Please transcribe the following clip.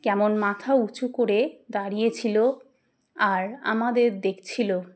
কেমন মাথা উঁচু করে দাঁড়িয়েছিল আর আমাদের দেখছিল